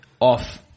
off